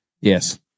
yes